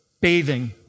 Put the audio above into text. bathing